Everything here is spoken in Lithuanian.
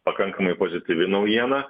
pakankamai pozityvi naujiena